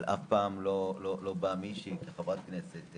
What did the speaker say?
אבל אף פעם לא באה מישהי, חברת כנסת,